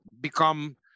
become